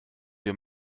wir